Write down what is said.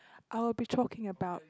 I'll be talking about